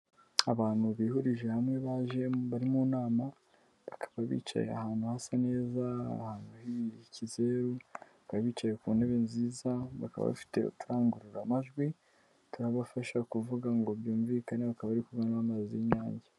Abantu bihurije hamwe baje bari mu nama bakaba bicaye ahantu hasa neza ahantu h'ikizeru bakaba bicaye ku ntebe nziza, bakaba bafite uturangururamajwi turabafasha kuvuga ngo byumvikane bakaba bari kunywa amazi y'Inyange.